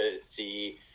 see